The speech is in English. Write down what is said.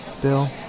Bill